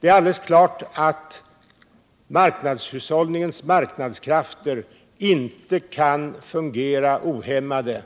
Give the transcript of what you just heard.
Det är alldeles klart att marknadshushållningens marknadskrafter inte kan fungera ohämmade.